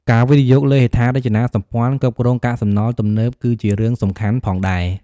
ការវិនិយោគលើហេដ្ឋារចនាសម្ព័ន្ធគ្រប់គ្រងកាកសំណល់ទំនើប គឺជារឿងសំខាន់ផងដែរ។